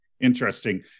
interesting